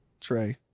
Trey